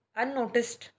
unnoticed